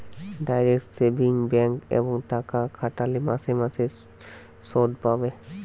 direct savings bank এ টাকা খাটালে মাসে মাসে শুধ পাবে